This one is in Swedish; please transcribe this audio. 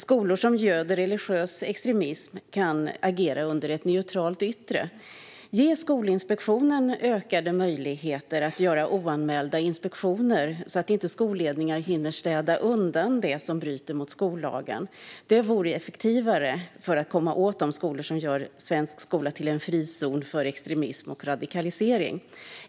Skolor som göder religiös extremism kan agera under ett neutralt yttre. Ge Skolinspektionen ökade möjligheter att göra oanmälda inspektioner, så att inte skolledningar hinner städa undan det som bryter mot skollagen. Det vore effektivare när det gäller att komma åt de skolor som gör svensk skola till en frizon för extremism och radikalisering.